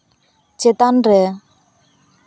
ᱪᱮᱛᱟᱱ ᱨᱮ